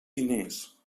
diners